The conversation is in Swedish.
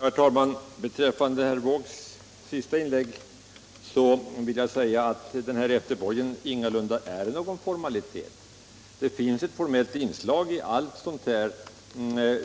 Herr talman! Beträffande herr Wåågs senaste inlägg vill jag säga att efterborgen ingalunda är någon formalitet. Det finns ett formellt inslag i allt sådant